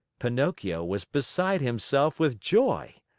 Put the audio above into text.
pinocchio was beside himself with joy.